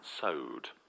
sowed